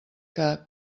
que